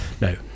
No